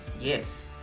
yes